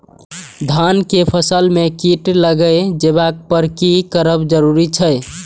धान के फसल में कीट लागि जेबाक पर की करब जरुरी छल?